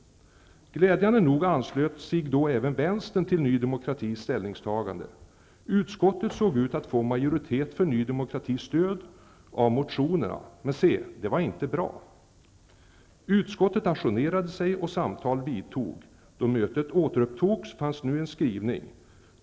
Glädjande nog anslöt sig då även vänstern till Ny demokratis ställningstagande. Utskottet såg ut att få majoritet för Ny demokratis stöd av motionerna. Men se, detta var ej bra. Utskottet ajournerade sig och samtal vidtog. Då mötet återupptogs fanns nu en skrivning.